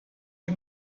you